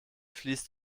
fließt